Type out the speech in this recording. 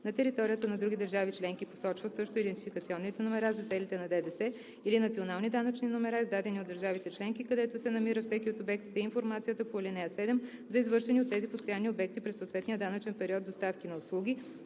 на територията на други държави членки, посочва също идентификационните номера за целите на ДДС или национални данъчни номера, издадени от държавите членки, където се намира всеки от обектите, и информацията по ал. 7 за извършени от тези постоянни обекти през съответния данъчен период доставки на услуги,